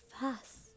fast